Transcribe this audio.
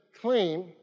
clean